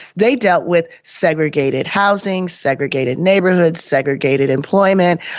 they dealt with segregated housing, segregated neighbourhoods, segregated employment.